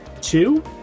two